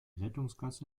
rettungsgasse